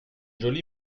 joli